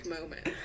moment